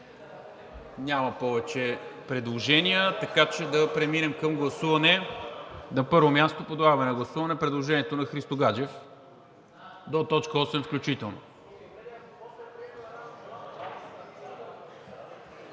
Няма повече предложения, така че да преминем към гласуване. На първо място, подлагам на гласуване предложението на Христо Гаджев – до т. 8 включително.